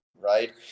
right